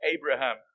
Abraham